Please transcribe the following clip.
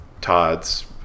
Todd's